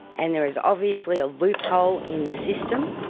and there is obviously a loophole in the system